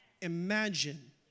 imagine